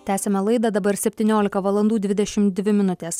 tęsiame laidą dabar septyniolika valandų dvidešim dvi minutės